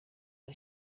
nta